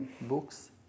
books